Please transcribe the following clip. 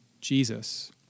Jesus